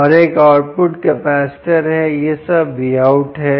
और एक output capacitor है यह सब Vout है